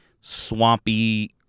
swampy